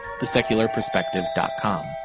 TheSecularPerspective.com